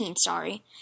sorry